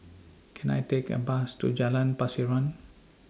Can I Take A Bus to Jalan Pasiran